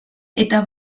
eta